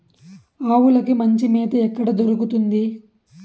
ఆవులకి మంచి మేత ఎక్కడ దొరుకుతుంది?